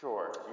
Sure